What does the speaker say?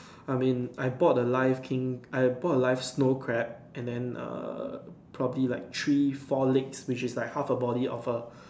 I mean I bought a live King I bought a live snow crab and then err probably like three four legs which is like half a body of a